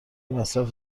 مصرف